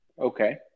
Okay